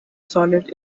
solid